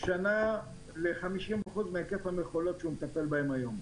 שנה ל-50% מהיקף המכולות שהוא מטפל בהן היום.